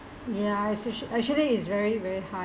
ya actually actually is very very high